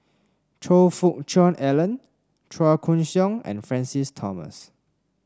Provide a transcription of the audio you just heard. Choe Fook Cheong Alan Chua Koon Siong and Francis Thomas